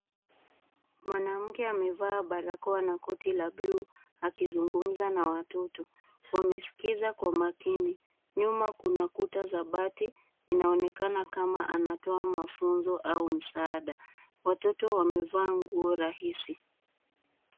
Mwanamke amevaa barakoa na koti la buluu, akizungumza na watoto. Wamesikiza kwa makini .Nyuma kuna kuta za bati .Inaonekana kama anatoa mafunzo au msaada. Watoto wamevaa nguo rahisi.